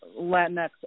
Latinx